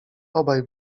obaj